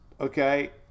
okay